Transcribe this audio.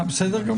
בסדר גמור.